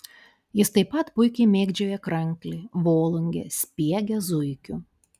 jis taip pat puikiai mėgdžioja kranklį volungę spiegia zuikiu